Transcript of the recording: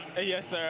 yes, sir,